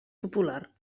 popular